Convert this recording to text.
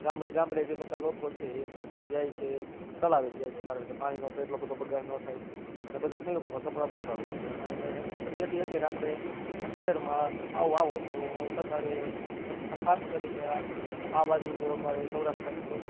ગામડે ગામડે જે બધાં લોકો છે એ તે બધા જાય છે તળાવે જ જાય છે કારણ કે પાણીનો એટલો બધો બગાડ નો થાય અને બધાં સંયુક્તમાં કપડાં ધોતાં હોય છે અને અત્યારે આપડે શહેરમાં આવો આવો તો અતારે આ ખાસ કરીને આ આ બાજુ તો અમારે સૌરાસ્ટ સાઈડ તો